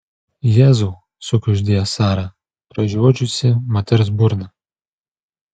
jėzau sukuždėjo sara pražiodžiusi moters burną